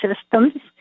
systems